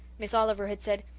miss oliver had said,